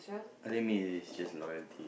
I think me is just loyalty